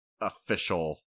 official